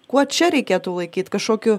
kuo čia reikėtų laikyt kažkokiu